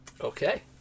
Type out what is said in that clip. Okay